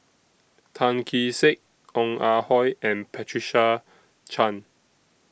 Tan Kee Sek Ong Ah Hoi and Patricia Chan